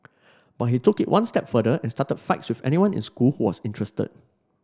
but he took it one step further and started fights with anyone in school who was interested